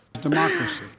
Democracy